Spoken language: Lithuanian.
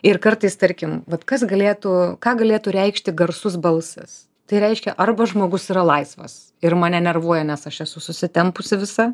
ir kartais tarkim vat kas galėtų ką galėtų reikšti garsus balsas tai reiškia arba žmogus yra laisvas ir mane nervuoja nes aš esu susitempusi visa